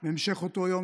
בהמשך אותו יום,